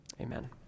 Amen